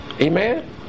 amen